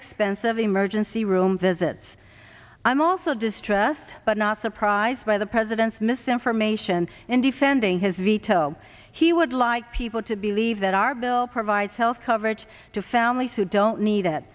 expensive emergency room visits i'm also distressed but not surprised by the president's misinformation in defending his veto he would like people to believe that our bill provides health coverage to families who don't need